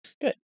good